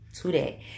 today